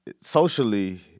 socially